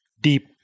deep